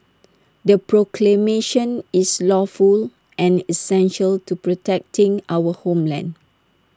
the proclamation is lawful and essential to protecting our homeland